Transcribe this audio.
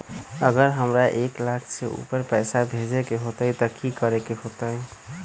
अगर हमरा एक लाख से ऊपर पैसा भेजे के होतई त की करेके होतय?